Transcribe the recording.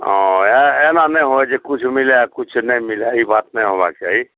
हँ ए एना नहि हुए जे किछु मिलै आ किछु नहि मिलै ई बात नहि होयबाक चाही